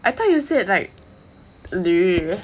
I thought you said like 驴